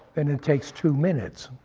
and it takes two minutes.